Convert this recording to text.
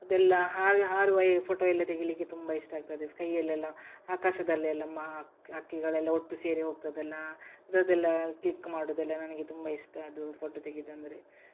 ಅದೆಲ್ಲ ಹಾಗೆ ಹಾರುವ ಈ ಫೋಟೊ ಎಲ್ಲ ತೆಗಿಲಿಕ್ಕೆ ತುಂಬ ಇಷ್ಟ ಆಗ್ತದೆ ಸ್ಕೈಯಲ್ಲೆಲ್ಲ ಆಕಾಶದಲ್ಲೆಲ್ಲ ಮಾಕ್ ಹಕ್ಕಿಗಳೆಲ್ಲ ಒಟ್ಟು ಸೇರಿ ಹೋಗ್ತದಲ್ಲ ಅದರದ್ದೆಲ್ಲ ಕ್ಲಿಕ್ ಮಾಡೋದೆಲ್ಲ ನನಗೆ ತುಂಬ ಇಷ್ಟ ಅದು ಫೋಟೊ ತೆಗೆಯುದಂದ್ರೆ